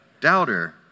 Doubter